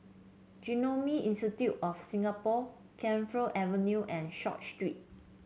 Genome Institute of Singapore Camphor Avenue and Short Street